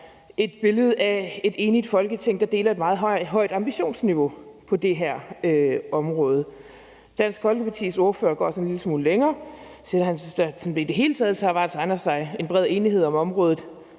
et billede af et enigt Folketing, der deler et meget højt ambitionsniveau på det her område. Dansk Folkepartis ordfører går så en lille smule længere og siger, at han synes, at der i det hele taget så bare tegner sig en bred enighed om området